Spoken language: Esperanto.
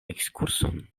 ekskurson